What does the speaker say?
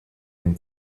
dem